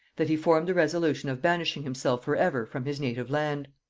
that he formed the resolution of banishing himself for ever from his native land.